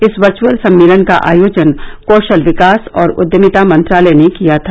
इस वर्वअल सम्मेलन का आयोजन कौशल विकास और उद्यमिता मंत्रालय ने किया था